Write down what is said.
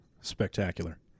spectacular